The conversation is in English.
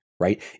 right